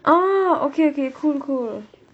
orh okay okay cool cool